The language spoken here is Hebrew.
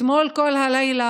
אתמול כל הלילה,